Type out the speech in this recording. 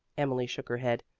emily shook her head.